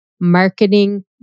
Marketing